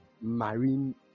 marine